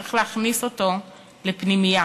צריך להכניס אותו לפנימייה,